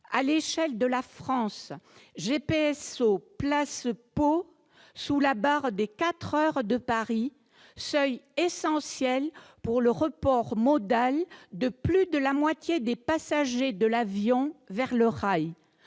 À l'échelle de la France, GPSO place Pau sous la barre des 4 heures pour rallier Paris, seuil essentiel pour le report modal de plus de la moitié des passagers de l'avion vers le rail.